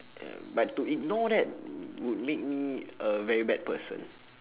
ya to ignore that w~ would make me a very bad person